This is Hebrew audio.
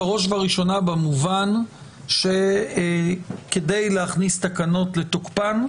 בראש ובראשונה במובן שכדי להכניס תקנות לתוקפן,